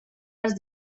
els